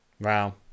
Wow